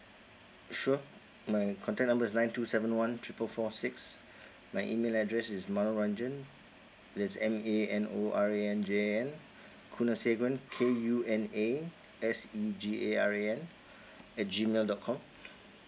sure my contact number is nine two seven one triple four six my email address is manoranjan there's M A N O R A N J A N kunasegaran K U N A S E G A R A N at G mail dot com